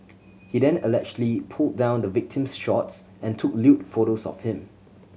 he then allegedly pulled down the victim's shorts and took lewd photos of him